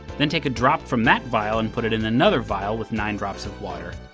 then take a drop from that vial and put it in another vial with nine drops of water.